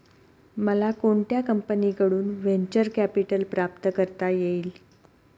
मला कोणत्या कंपनीकडून व्हेंचर कॅपिटल प्राप्त करता येईल?